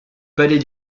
palais